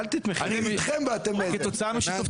הישיבה ננעלה בשעה